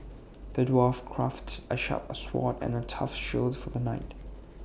the dwarf crafted A sharp sword and A tough shield for the knight